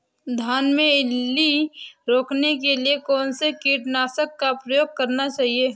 धान में इल्ली रोकने के लिए कौनसे कीटनाशक का प्रयोग करना चाहिए?